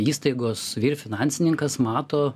įstaigos ir finansininkas mato